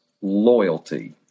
loyalty